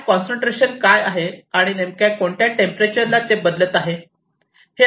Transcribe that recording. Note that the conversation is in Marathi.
गॅस कॉन्सन्ट्रेशन काय आहे आणि नेमक्या कोणत्या टेंपरेचर ला ते बदलत आहे